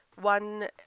One